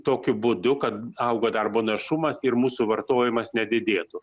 tokiu būdu kad augo darbo našumas ir mūsų vartojimas nedidėtų